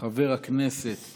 חברת הכנסת